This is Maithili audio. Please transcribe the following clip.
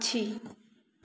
पक्षी